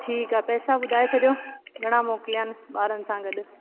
ठीकु आहे पैसा ॿुधाए छॾियो घणा मोकिलियानि ॿारनि सां गॾु